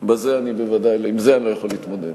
עם זה אני לא יכול להתמודד.